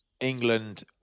England